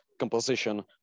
composition